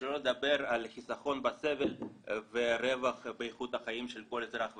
שלא לדבר על החיסכון בסבל ורווח באיכות החיים של כל אזרח ותיק.